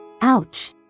Ouch